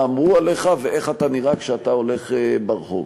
אמרו עליך ואיך אתה נראה כשאתה הולך ברחוב.